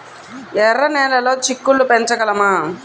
ఎర్ర నెలలో చిక్కుళ్ళు పెంచగలమా?